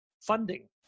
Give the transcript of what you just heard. funding